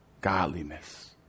godliness